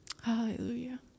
Hallelujah